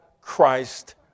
Christ